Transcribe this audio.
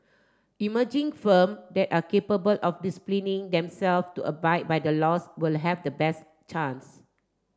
emerging firm that are capable of disciplining them self to abide by the laws will have the best chance